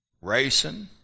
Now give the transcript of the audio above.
racing